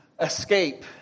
escape